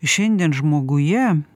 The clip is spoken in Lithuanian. šiandien žmoguje